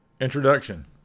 Introduction